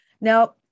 Now